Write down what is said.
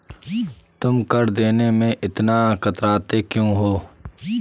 तुम कर देने में इतना कतराते क्यूँ हो?